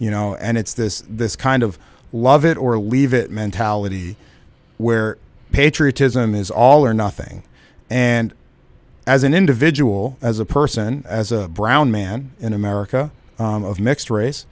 you know and it's this this kind of love it or leave it mentality where patriotism is all or nothing and as an individual as a person as a brown man in america of mixed